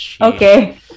Okay